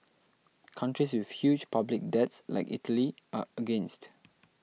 countries with huge public debts like Italy are against